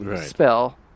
spell